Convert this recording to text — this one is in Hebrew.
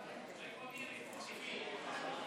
חמש דקות.